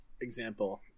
example